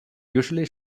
usually